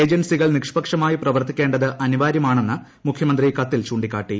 ഏജൻസികൾ നിഷ്പക്ഷമായി പ്രവർത്തിക്കേണ്ടത് അനിവാര്യമാണെന്ന് മുഖ്യമന്ത്രി കത്തിൽ ചൂണ്ടിക്കാട്ടി